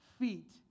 feet